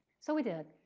so we did.